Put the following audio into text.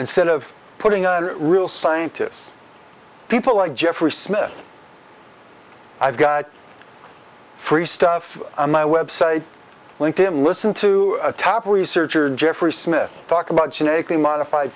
instead of putting on real scientists people like jeffrey smith i've got free stuff on my website link him listen to a top researcher jeffrey smith talk about genetically modified